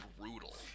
brutal